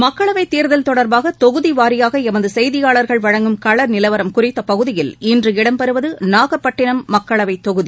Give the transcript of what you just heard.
மக்களவைத் தேர்தல் தொடர்பாக தொகுதி வாரியாக எமது செய்தியாளர்கள் வழங்கும் கள நிலவரம் குறித்த பகுதியில் இன்று இடம்பெறுவது நாகப்பட்டினம் மக்களவைத் தொகுதி